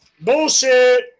Bullshit